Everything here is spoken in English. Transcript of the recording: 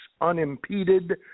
unimpeded